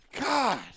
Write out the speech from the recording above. God